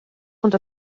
ond